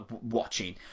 watching